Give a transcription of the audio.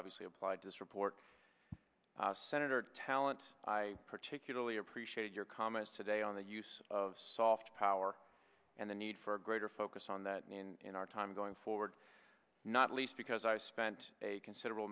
obviously applied to support senator talent i particularly appreciate your comments today on the use of soft power and the need for greater focus on that in our time going forward not least because i spent a considerable